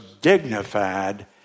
dignified